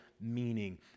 meaning